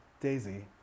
Daisy